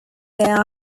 there